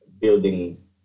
building